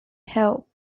help